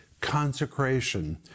consecration